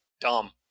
dumb